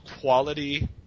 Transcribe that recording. quality